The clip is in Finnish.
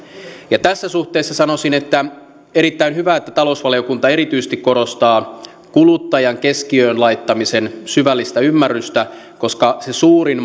tässä suhteessa sanoisin että on erittäin hyvä että talousvaliokunta erityisesti korostaa kuluttajan keskiöön laittamisen syvällistä ymmärrystä koska se suurin